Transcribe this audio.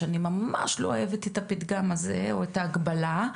שאני ממש לא אוהבת את הפתגם הזה או את ההקבלה,